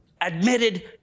admitted